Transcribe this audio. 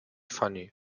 funny